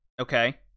Okay